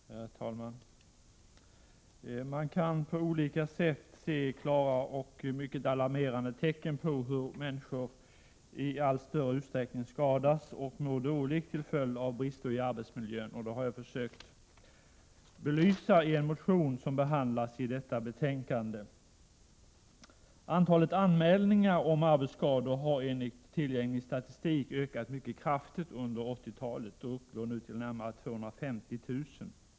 Herr talman! Man kan på olika sätt se klara och mycket alarmerande tecken på hur människor i allt större utsträckning skadas och mår dåligt till följd av brister i arbetsmiljön. Det har jag försökt belysa i en motion som behandlas i detta betänkande. Antalet anmälningar om arbetsskador har enligt tillgänglig statistik ökat mycket kraftigt under 1980-talet och uppgår nu till närmare 250 000.